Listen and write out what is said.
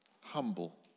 Humble